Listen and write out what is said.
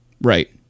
Right